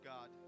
God